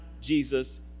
Jesus